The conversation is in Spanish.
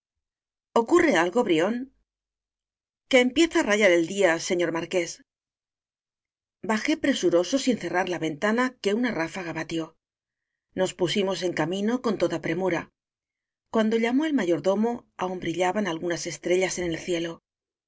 ocurre algo brión que empieza á rayar el día señor mar qués bajé presuroso sin cerrar la ventana que una ráfaga batió nos pusimos en camino con toda premura cuando llamó el mayor domo aún brillaban algunas estrellas en el cielo